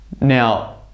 Now